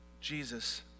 Jesus